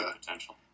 potential